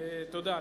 תודה.